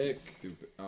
Stupid